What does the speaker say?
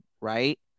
right